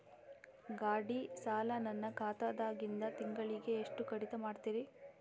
ಗಾಢಿ ಸಾಲ ನನ್ನ ಖಾತಾದಾಗಿಂದ ತಿಂಗಳಿಗೆ ಎಷ್ಟು ಕಡಿತ ಮಾಡ್ತಿರಿ?